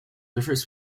different